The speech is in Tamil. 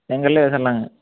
செங்கல்லே வச்சிரலாங்க